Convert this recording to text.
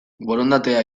borondatea